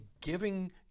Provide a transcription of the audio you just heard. giving